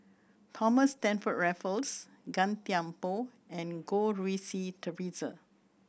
Thomas Stamford Raffles Gan Thiam Poh and Goh Rui Si Theresa